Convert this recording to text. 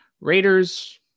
Raiders